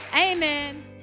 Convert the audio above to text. Amen